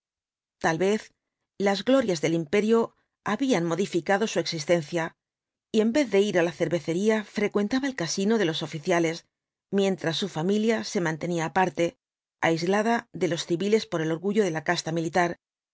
tal vez las glorias del imperio habían modificado su existencia y en vez de ir á la cervecería frecuentaba el casino de los oficiales mientras su familia se mantenía aparte aislada de los civiles por el orgullo de la casta militar